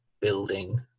building